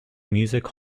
music